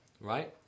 right